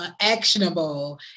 actionable